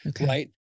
right